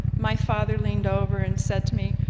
my father leaned over and said to me,